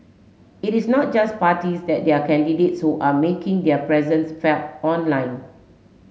it is not just parties that their candidates who are making their presence felt online